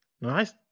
Nice